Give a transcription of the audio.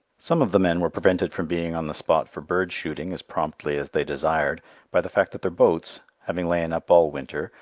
some of the men were prevented from being on the spot for bird shooting as promptly as they desired by the fact that their boats, having lain up all winter,